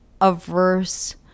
averse